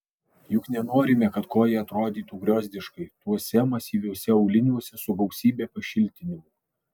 juk nenorime kad koja atrodytų griozdiškai tuose masyviuose auliniuose su gausybe pašiltinimų